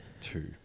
Two